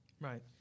Right